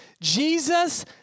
Jesus